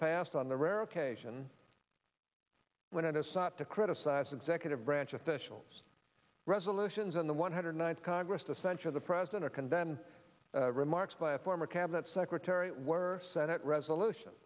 past on the rare occasion when it is not to criticize executive branch officials resolutions in the one hundred ninth congress to censure the president or condemned remarks by a former cabinet secretary it were senate resolution